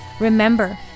Remember